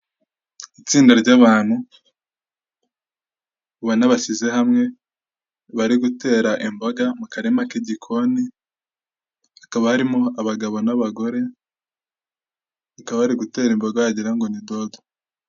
Itsinda ry'abantu ubona bashyize hamwe, bari gutera imboga mu karima k'igikoni, hakaba harimo abagabo n'abagore, bakaba bari gutera imboga wagira ngo ni dodo.